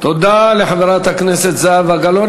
תודה לחברת הכנסת זהבה גלאון.